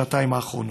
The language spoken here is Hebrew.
שנתיים האחרונות.